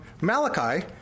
Malachi